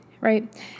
Right